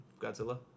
Godzilla